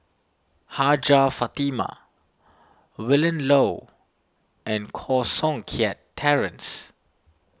Hajjah Fatimah Willin Low and Koh Seng Kiat Terence